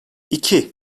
iki